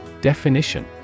Definition